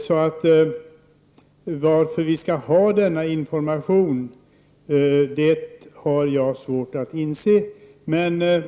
Så varför vi skall ha denna information har jag svårt att inse.